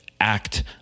act